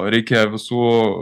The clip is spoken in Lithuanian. reikia visų